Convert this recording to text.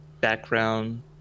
background